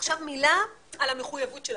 מילה על המחויבות שלנו.